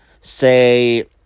say